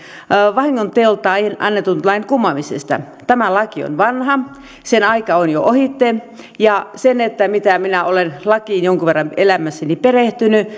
vahingonteolta annetun lain kumoamisesta tämä laki on vanha sen aika on jo ohitse mitä minä olen lakiin jonkun verran elämässäni perehtynyt